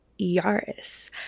Yaris